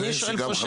אני שואל פה שאלות.